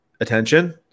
attention